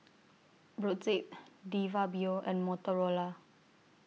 Brotzeit De Fabio and Motorola